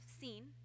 seen